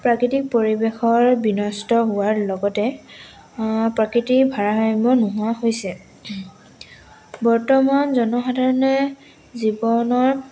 প্ৰাকৃতিক পৰিৱেশৰ বিনষ্ট হোৱাৰ লগতে প্ৰকৃতিৰ ভাৰসাম্য নোহোৱা হৈছে বৰ্তমান জনসাধাৰণে জীৱনৰ